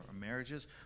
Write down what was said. marriages